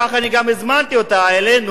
תוך כך אני גם הזמנתי אותה אלינו,